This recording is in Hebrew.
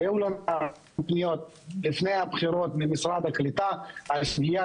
היו לנו פניות לפני הבחירות ממשרד הקליטה בסוגיית